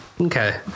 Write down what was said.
okay